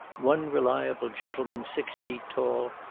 one reliable gentleman, six feet tall,